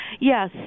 Yes